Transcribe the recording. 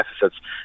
deficits